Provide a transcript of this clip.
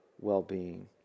well-being